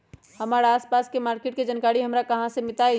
हमर आसपास के मार्किट के जानकारी हमरा कहाँ से मिताई?